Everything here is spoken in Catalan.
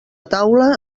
taula